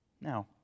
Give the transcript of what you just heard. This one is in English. Now